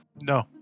No